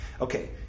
Okay